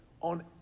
on